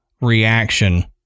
reaction